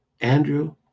Andrew